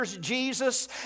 Jesus